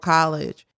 College